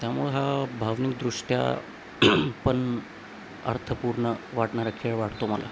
त्यामुळं हा भावनिकदृष्ट्या पण अर्थपूर्ण वाटणारा खेळ वाटतो मला